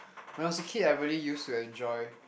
when I was a kid I really used to enjoy